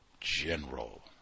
general